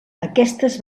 aquestes